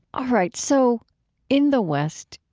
all right. so in the west,